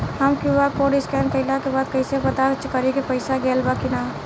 हम QR code scan कइला के बाद कइसे पता करि की पईसा गेल बा की न?